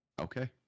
Okay